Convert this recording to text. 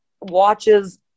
Watches